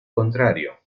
contrario